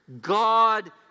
God